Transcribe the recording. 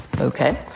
Okay